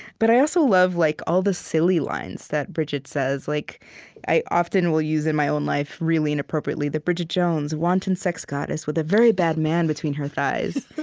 but i also love like all the silly lines that bridget says, like i often will use, in my own life, really inappropriately, the bridget jones, wanton sex goddess with a very bad man between her thighs.